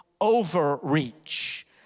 overreach